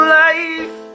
life